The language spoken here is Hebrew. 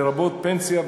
לרבות פנסיה,